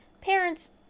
parents